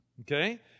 Okay